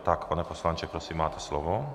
Tak, pane poslanče, prosím, máte slovo.